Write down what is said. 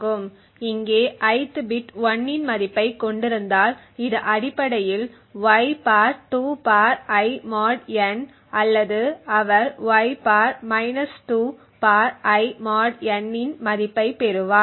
இங்கே ith bit 1 இன் மதிப்பைக் கொண்டிருந்தால் இது அடிப்படையில் y 2 I mod n அல்லது அவர் y 2 I mod n இன் மதிப்பைப் பெறுவார்